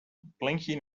blinking